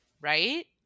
Right